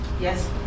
Yes